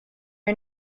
are